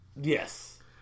Yes